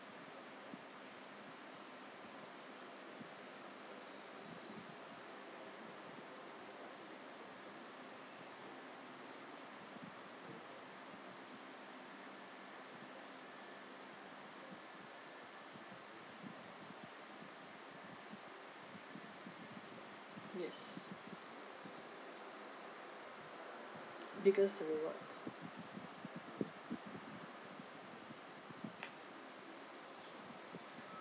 yes because a lot